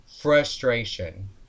frustration